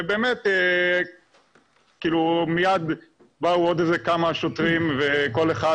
ובאמת מייד באו עוד כמה שוטרים וכל אחד